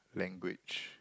language